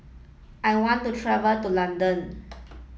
I want to travel to London